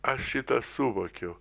aš šitą suvokiau